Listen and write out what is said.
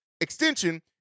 extension